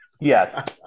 Yes